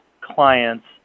clients